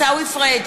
(קוראת